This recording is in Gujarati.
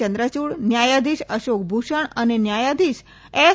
ચંદ્રયૂડ ન્યાયાધીશ અશોક ભૂષણ અને ન્યાયાધીશ એસ